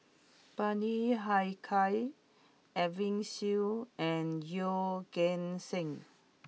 Bani Haykal Edwin Siew and Yeoh Ghim Seng